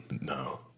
No